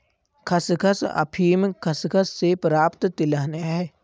खसखस अफीम खसखस से प्राप्त तिलहन है